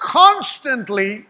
constantly